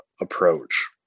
approach